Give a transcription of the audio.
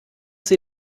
sie